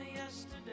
Yesterday